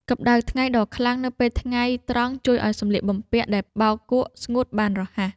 កម្តៅថ្ងៃដ៏ខ្លាំងនៅពេលថ្ងៃត្រង់ ជួយឱ្យសម្លៀកបំពាក់ដែលបោកគក់ស្ងួតបានរហ័ស។